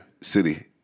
city